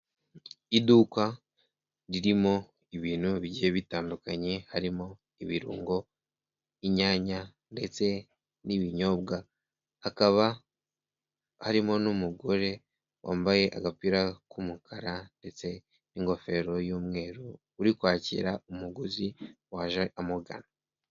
Iduka ririmo ibintu bigiye bitandukanye harimo ibirungo, inyanya ndetse n'ibinyobwa hakaba harimo n'umugore wambaye agapira k'umukara ndetse n'ingofero y'umweru uri kwakira umuguzi waje amugana.